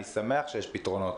אני שמח שיש פתרונות.